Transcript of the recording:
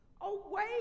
Away